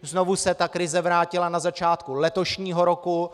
Znovu se krize vrátila na začátku letošního roku.